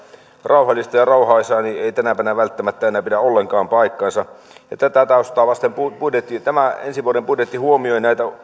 rauhallista ja rauhaisaa ei tänä päivänä välttämättä enää pidä ollenkaan paikkaansa tätä taustaa vasten tämä ensi vuoden budjetti huomioi näitä